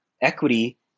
equity